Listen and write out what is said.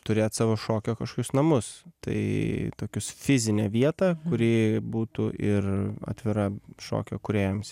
turėt savo šokio kažkokius namus tai tokius fizinę vietą kuri būtų ir atvira šokio kūrėjams